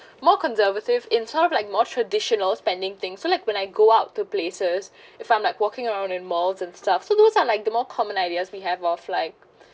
more conservative in sort of like more traditional spending thing so like when I go out to places if I'm like walking around in malls and stuff so those are like the more common ideas we have of like